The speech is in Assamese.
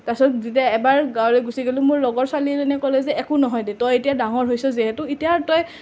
তাৰ পিছত যেতিয়া এবাৰ গাঁৱলৈ গুচি গ'লোঁ মোৰ লগৰ ছোৱালী এজনীয়ে ক'লে যে একো নহয় দে তই এতিয়া ডাঙৰ হৈছ যিহেতু এতিয়া আৰু তই